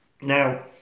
Now